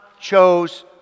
chose